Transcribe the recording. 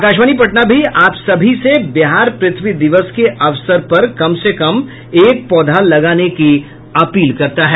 आकाशवाणी पटना भी आप सभी से बिहार पुथ्वी दिवस के अवसर पर कम से कम एक पौधा लगाने की अपील करता है